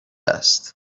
است